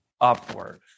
upward